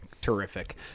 Terrific